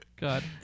god